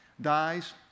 dies